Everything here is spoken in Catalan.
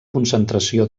concentració